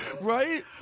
Right